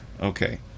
okay